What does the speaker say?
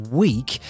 week